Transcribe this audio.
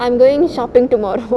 I'm going shopping tomorrow